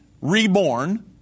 reborn